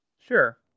Sure